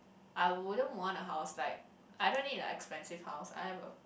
I wouldn't wanna house like I don't need a expensive house I have a